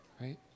Right